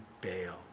bail